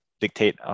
dictate